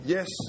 Yes